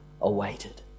awaited